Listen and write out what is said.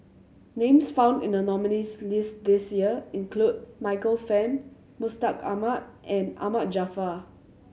names found in the nominees' list this year include Michael Fam Mustaq Ahmad and Ahmad Jaafar